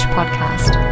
Podcast